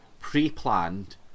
pre-planned